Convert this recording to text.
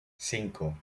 cinco